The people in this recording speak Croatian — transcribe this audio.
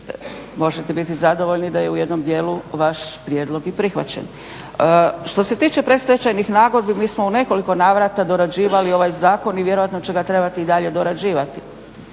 možete biti zadovoljni da je u jednom djelu vaš prijedlog i prihvaćen. Što se tiče predstečajnih nagodbi mi smo u nekoliko navrata dorađivali ovaj zakon i vjerojatno će ga trebati i dalje dorađivati.